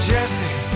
Jesse